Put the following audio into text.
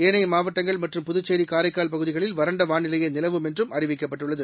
ஏனைய மாவட்டங்கள் மற்றும் புதுச்சேரி காரைக்கால் பகுதிகளில் வறண்டவாளிலையேநிலவும் என்றும் அறிவிக்கப்பட்டுள்ளது